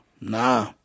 nah